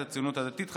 סיעת הציונות הדתית,